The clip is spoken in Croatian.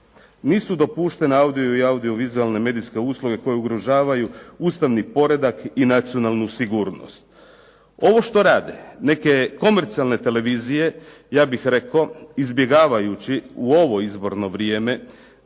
"Nisu dopuštena audio i audiovizualne medijske usluge koje ugrožavaju ustavni poredak i nacionalnu sigurnost". Ovo što rade neke komercijalne televizije, ja bih rekao izbjegavajući u ovo izborno vrijeme